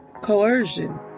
coercion